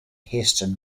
hasten